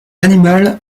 animal